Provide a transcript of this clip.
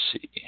see